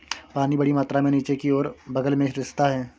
पानी बड़ी मात्रा में नीचे की ओर और बग़ल में रिसता है